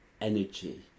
energy